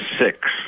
six